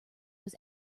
was